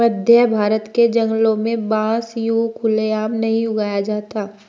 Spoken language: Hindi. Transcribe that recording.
मध्यभारत के जंगलों में बांस यूं खुले आम नहीं उगाया जाता